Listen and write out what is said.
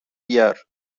بیار